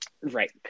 Right